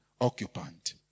occupant